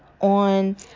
on